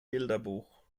bilderbuch